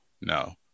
no